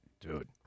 Dude